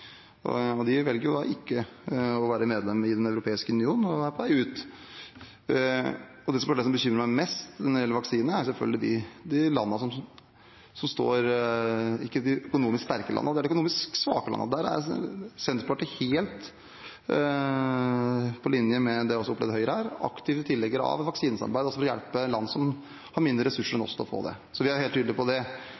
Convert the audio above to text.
De velger ikke å være medlem i Den europeiske union og er på vei ut. Det som bekymrer meg mest når det gjelder vaksine, er selvfølgelig de landene som ikke er de økonomisk sterke landene, men de økonomisk svake landene. Senterpartiet er, helt på linje med det jeg opplever at også Høyre er, aktive tilhengere av vaksinesamarbeid, for å hjelpe land som har mindre ressurser enn